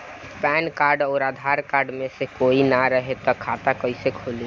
Pan card आउर Aadhaar card मे से कोई ना रहे त खाता कैसे खुली?